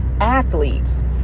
athletes